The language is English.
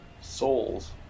Souls